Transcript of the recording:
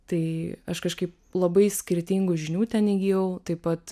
tai aš kažkaip labai skirtingų žinių ten įgijau taip pat